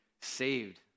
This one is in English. saved